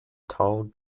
tall